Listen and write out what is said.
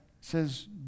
says